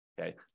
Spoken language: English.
Okay